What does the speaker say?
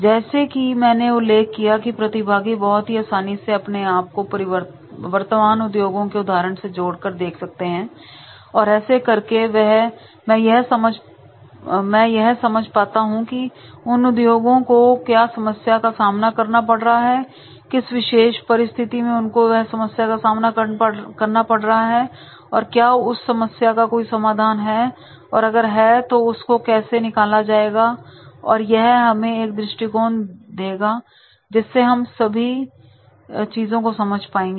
जैसे कि मैंने स्लाइड समय किया है की प्रतिभागी बहुत ही आसानी से अपने आपको वर्तमान उद्योगों के उदाहरण से जोड़ कर देख सकते हैं और ऐसा करके मैं यह समझ पाते हैं कि उन उद्योगों को क्या समस्या का सामना करना पड़ रहा है किस विशेष परिस्थिति में उनको वह समस्या का सामना करना पड़ रहा है और क्या उस समस्या का कोई समाधान है अगर है तो उसको कैसे निकाला जाएगा यह हमें एक दृष्टिकोण देगा जिससे हम यह सब चीजों को समझ पाएंगे